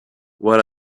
what